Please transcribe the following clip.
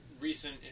recent